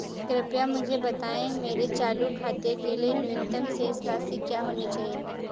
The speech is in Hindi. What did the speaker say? कृपया मुझे बताएं मेरे चालू खाते के लिए न्यूनतम शेष राशि क्या होनी चाहिए?